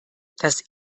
das